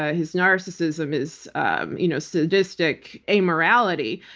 ah his narcissism, his um you know sadistic amorality,